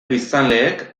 biztanleek